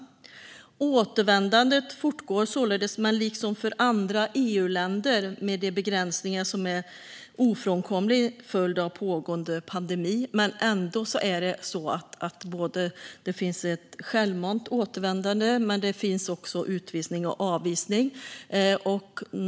Återvändandet fortgår således, men liksom för andra EU-länder med de begränsningar som är en ofrånkomlig följd av en pågående pandemi. Trots dessa finns det alltså både ett självmant återvändande och också utvisning och avvisning.